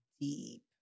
Deep